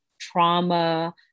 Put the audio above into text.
trauma